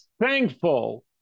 thankful